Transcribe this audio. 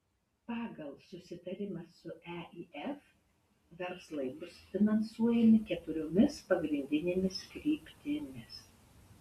pagal susitarimą su eif verslai bus finansuojami keturiomis pagrindinėmis kryptimis